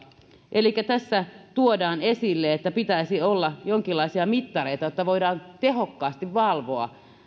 elikkä tässä tuodaan esille että pitäisi olla jonkinlaisia mittareita jotta voidaan tehokkaasti valvoa